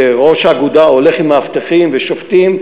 ראש האגודה הולך עם מאבטחים ושופטים,